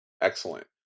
Excellent